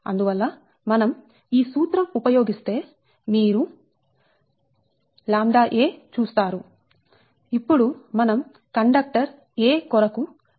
అందువల్ల మనం ఈ సూత్రం ఉపయోగిస్తే మీరు ʎa చూస్తారు ఇప్పుడు మనం కండక్టర్'a' కొరకు భర్తీ చేస్తున్నాం